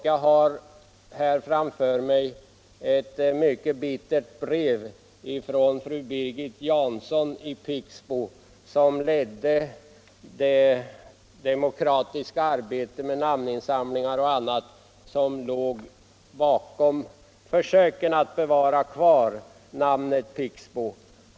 Jag har här framför mig ett mycket bittert brev från fru Birgit Janson i Pixbo som ledde det demokratiska arbetet med namninsamlingar och annat som låg bakom försöken att bevara namnet Pixbo.